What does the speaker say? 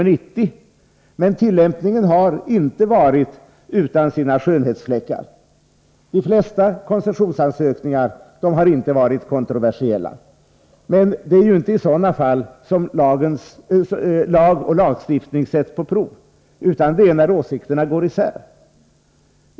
Men när det gäller tillämpningen har skönhetsfläckar inte saknats. De flesta koncessionsansökningarna har inte varit kontroversiella. Men det är ju inte i sådana fall som lagstiftningen sätts på prov, utan det är när åsikterna går isär.